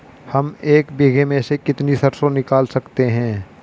हम एक बीघे में से कितनी सरसों निकाल सकते हैं?